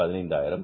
15000